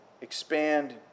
expand